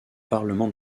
parlement